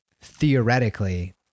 theoretically